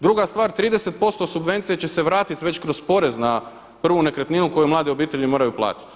Druga stvar, 30% subvencija će se vratiti već kroz porez na prvu nekretninu koju mlade obitelji moraju platiti.